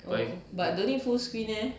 but don't need full screen leh